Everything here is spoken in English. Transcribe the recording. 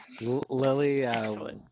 Lily